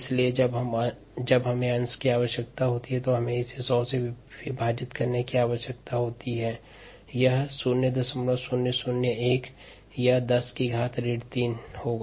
इसलिए जब हमें भिन्न की आवश्यकता होती है तो हमें इसे 100 से भाग करने की आवश्यकता होती है यह 0001 या 10 की घात ऋणात्मक 3 होगा